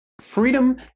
Freedom